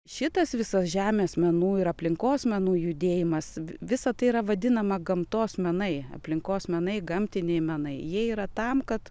šitas visas žemės menų ir aplinkos menų judėjimas visa tai yra vadinama gamtos menai aplinkos menai gamtiniai menai jie yra tam kad